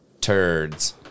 turds